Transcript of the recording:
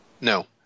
No